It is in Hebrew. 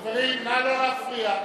חברים, נא לא להפריע.